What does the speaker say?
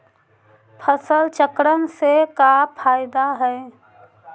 फसल चक्रण से का फ़ायदा हई?